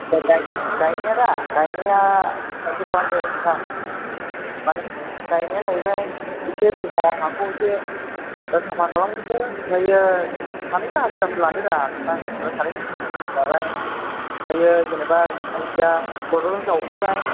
ए गायनाय गायनाया दा गायनाया एरैबादि खालामदो नोंथां मानि गायनाया जाहैबाय एसे सिगाङाव हाखौ एसे साफा खालामग्रोदो आमफ्रायो सानैसो हाजिराफोर लादोरा नोथां जेनेबा सानैसो हाजिरा लाबाय आमफ्रायो जेनेबा सिदा सिदा खदालजों जावग्रोबाय